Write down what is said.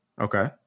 Okay